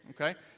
Okay